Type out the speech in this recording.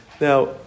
Now